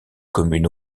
commune